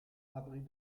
abris